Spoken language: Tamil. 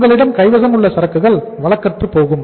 உங்களிடம் கைவசம் உள்ள சரக்குகள் வழக்கற்றுப் போகும்